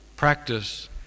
Practice